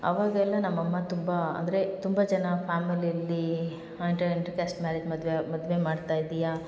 ಅವಾಗೆಲ್ಲ ನಮ್ಮ ಅಮ್ಮ ತುಂಬ ಅಂದರೆ ತುಂಬ ಜನ ಫ್ಯಾಮಿಲಿಯಲ್ಲಿ ಇಂಟರ್ ಕ್ಯಾಸ್ಟ್ ಮ್ಯಾರೇಜ್ ಮದುವೆ ಮದುವೆ ಮಾಡ್ತಾ ಇದ್ದೀಯ